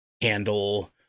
handle